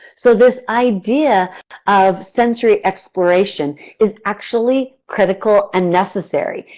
so, this idea of sensory exploration is actually critical and necessary.